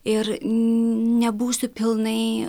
ir nebūsiu pilnai